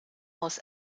aus